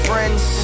Friends